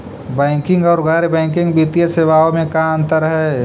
Banking और गैर banking वित्तीय सेवाओं में का अंतर हइ?